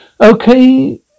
Okay